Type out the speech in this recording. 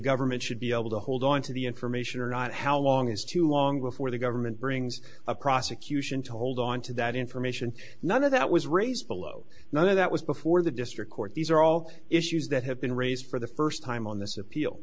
government should be able to hold on to the information or not how long is too long before the government brings a prosecution to hold on to that information none of that was raised below none of that was before the district court these are all issues that have been raised for the first time on this